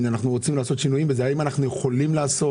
אם אנחנו רוצים לעשות שינויים בזה - האם אנחנו יכולים לעשות?